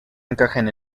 encajan